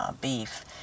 beef